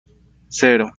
cero